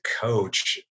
coach